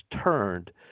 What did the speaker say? turned